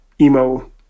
emo